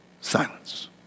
Silence